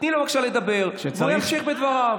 תני לו, בבקשה, לדבר, והוא ימשיך בדבריו.